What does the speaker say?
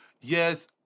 yes